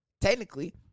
Technically